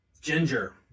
ginger